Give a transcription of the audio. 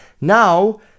Now